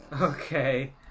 Okay